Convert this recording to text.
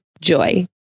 Joy